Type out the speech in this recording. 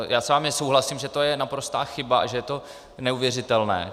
Já s vámi souhlasím, že to je naprostá chyba a že je to neuvěřitelné.